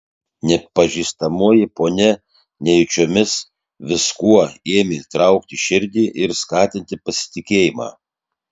nepažįstamoji ponia nejučiomis viskuo ėmė traukti širdį ir skatinti pasitikėjimą